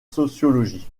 sociologie